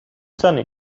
sunny